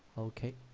okay,